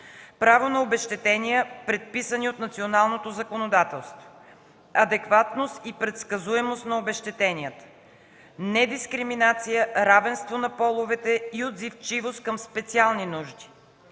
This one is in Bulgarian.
право на обезщетения, предписани от националното законодателство; - адекватност и предсказуемост на обезщетенията; - недискриминация, равенство на половете и отзивчивост към специални нужди;